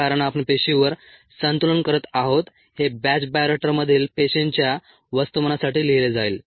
कारण आपण पेशींवर संतुलन करत आहोत हे बॅच बायोरिएक्टरमधील पेशींच्या वस्तुमानासाठी लिहिले जाईल